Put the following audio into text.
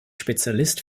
spezialist